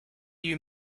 you